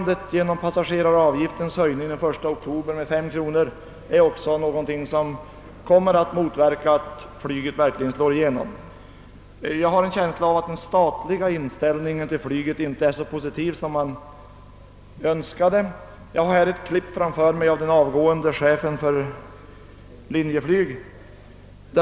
Höjningen av passageraravgiften med 5 kronor den 1 oktober kommer också att motverka att flyget slår igenom. Jag har en känsla av att statens inställning till flyget inte är så positiv som önskvärt vore. Jag har här i min hand ett tidningsklipp, i vilket återges några ord av chefen för Linjeflyg.